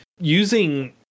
using